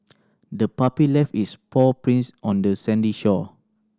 the puppy left its paw prints on the sandy shore